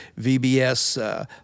VBS